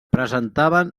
presentaven